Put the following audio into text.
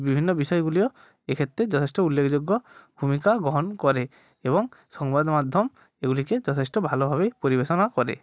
বিভিন্ন বিষয়গুলিও এক্ষেত্রে যথেষ্ট উল্লেখযোগ্য ভূমিকা গ্রহণ করে এবং সংবাদমাধ্যম এগুলিকে যথেষ্ট ভালোভাবেই পরিবেশনা করে